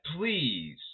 please